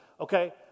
okay